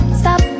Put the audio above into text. stop